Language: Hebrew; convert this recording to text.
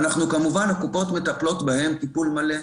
כמובן שהקופות מטפלות בהם טיפול מלא,